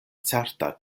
certa